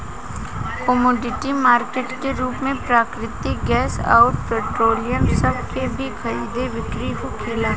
commodity market के रूप में प्राकृतिक गैस अउर पेट्रोलियम सभ के भी खरीद बिक्री होखेला